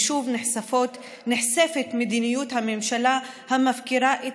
שוב נחשפת מדיניות הממשלה המפקירה את